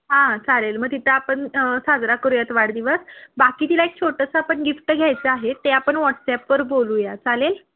हां चालेल मग तिथं आपण साजरा करूयात वाढदिवस बाकी तिला एक छोटंसं आपण गिफ्ट घ्यायचं आहे ते आपण वॉट्सॲपवर बोलूया चालेल